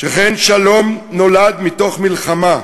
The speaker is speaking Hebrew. שכן שלום נולד מתוך מלחמה.